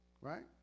Right